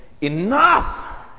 Enough